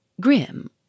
grim